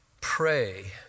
pray